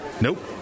Nope